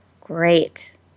Great